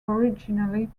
originally